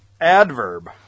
adverb